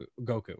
Goku